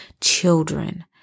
children